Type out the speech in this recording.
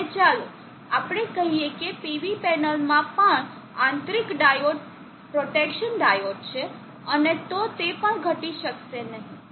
અને ચાલો આપણે કહીએ કે PV પેનલમાં પણ આંતરિક ડાયોડ પ્રોટેક્શન ડાયોડ છે અને તોતે પણ ઘટી શકશે નહીં